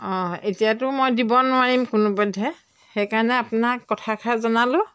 অঁ এতিয়াতো মই দিব নোৱাৰিম কোনোপধ্যে সেইকাৰণে আপোনাক কথাষাৰ জনালোঁ